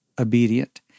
obedient